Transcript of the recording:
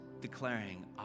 declaring